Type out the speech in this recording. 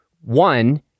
one